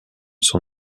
son